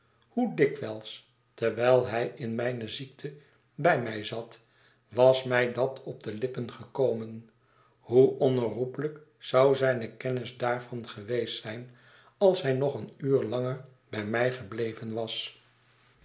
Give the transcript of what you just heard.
hoe dikwijls terwijl hij in mijne ziekte bij mij zat was mij datopde lippen gekomen hoe onherroepelijk zou zijne kennis daarvan geweest zijn als hij nog een uur langer bij mij gebleven was